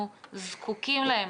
אנחנו זקוקים להם.